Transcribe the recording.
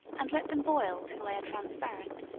and let them boil till they are transparent,